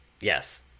Yes